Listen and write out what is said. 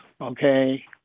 okay